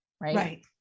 Right